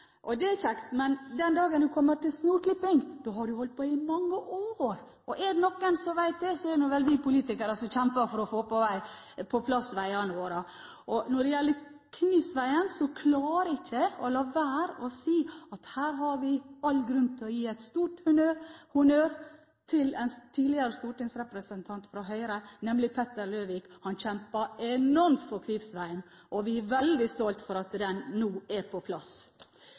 og det er kjekt. Men den dagen det kommer til snorklipping, har man holdt på i mange år. Er det noen som vet det, er det nå vi politikere, som kjemper for å få på plass veiene våre. Når det gjelder Kvivsvegen, klarer jeg ikke å la være å si at her har vi all grunn til å gi en stor honnør til en tidligere stortingsrepresentant fra Høyre, nemlig Petter Løvik. Han kjempet enormt for Kvivsvegen, og vi er veldig stolte over at den nå er på plass.